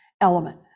element